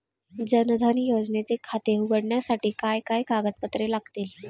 जनधन योजनेचे खाते उघडण्यासाठी काय काय कागदपत्रे लागतील?